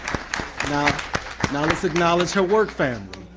now now let's acknowledge her work family.